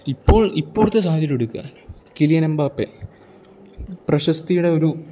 ഇപ്പോൾ ഇപ്പോഴത്തെ സാഹചര്യം എടുക്ക് കിലിയനമ്പാപ്പെ പ്രശസ്തിയുടെ ഒരു